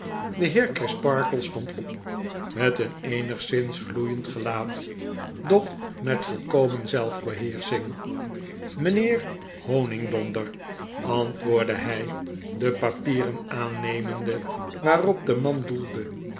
de heer crisparkle stond op met een eenigszins gloeiend gelaat doch met volkomen zelfbeheersching mijnheer honigdonder antwoordde hg de papieren aannemende waarop de man doelde